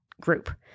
group